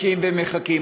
משהים ומחכים?